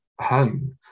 home